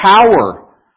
power